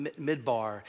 Midbar